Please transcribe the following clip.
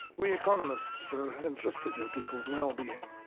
we economists are interested in people's well-being,